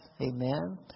Amen